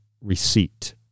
receipt